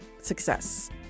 success